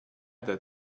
that